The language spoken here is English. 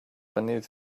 beneath